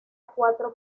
cuatro